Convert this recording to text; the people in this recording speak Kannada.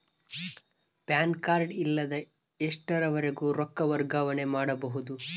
ಪ್ಯಾನ್ ಕಾರ್ಡ್ ಇಲ್ಲದ ಎಷ್ಟರವರೆಗೂ ರೊಕ್ಕ ವರ್ಗಾವಣೆ ಮಾಡಬಹುದು?